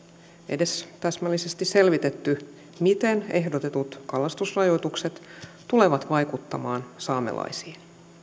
edes täsmällisesti selvitetty miten ehdotetut kalastusrajoitukset tulevat vaikuttamaan saamelaisiin